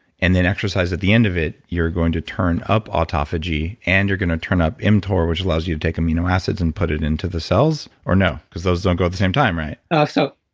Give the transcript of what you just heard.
and then exercise at the end of it, you're going to turn up autophagy, and you're going to turn up mtor, which allows you to take amino acids, and put it into the cells or no? because those don't go at the same time, right? ah so